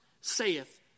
saith